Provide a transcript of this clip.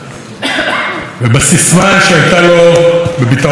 ולסיסמה שהייתה לו בביטאון "העולם הזה": ללא מורא,